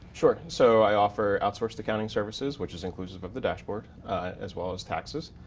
sure, so i offer outsourced accounting services, which is inclusive of the dashboard as well as taxes,